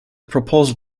proposal